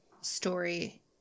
story